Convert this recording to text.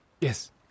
Yes